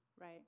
right